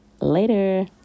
Later